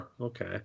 okay